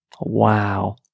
Wow